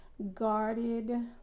guarded